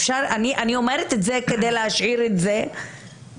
אני אומרת את זה כדי להשאיר את זה לפרוטוקול,